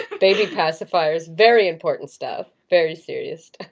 baby pacifiers very important stuff, very serious.